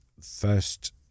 first